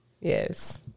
Yes